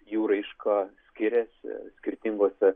jų raiška skiriasi skirtingose